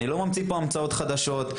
אני לא ממציא פה המצאות חדשות,